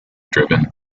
driven